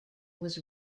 was